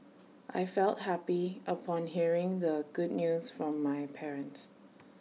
I felt happy upon hearing the good news from my parents